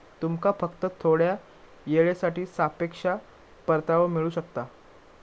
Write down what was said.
तुमका फक्त थोड्या येळेसाठी सापेक्ष परतावो मिळू शकता